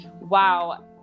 wow